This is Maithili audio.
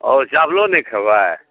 ओ चाबलो नहि खयबै